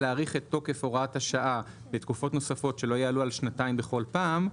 להאריך את תוקף הוראת השעה לתקופות נוספות שלא יעלו על שנתיים בכל פעם.